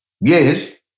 Yes